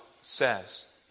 says